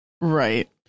Right